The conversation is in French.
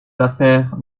affaires